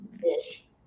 fish